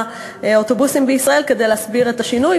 האוטובוסים בישראל כדי להסביר את השינוי.